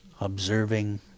observing